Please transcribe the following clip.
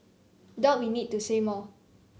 doubt we need to say more